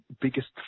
biggest